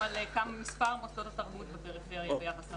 על מספר מוסדות התרבות בפריפריה ביחס למרכז.